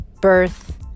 birth